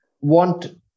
want